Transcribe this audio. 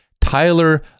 Tyler